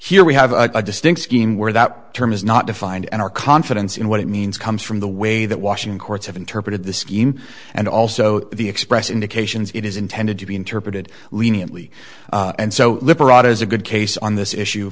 here we have a distinct scheme where that term is not defined and our confidence in what it means comes from the way that washington courts have interpreted the scheme and also the express indications it is intended to be interpreted leniently and so liberal is a good case on this issue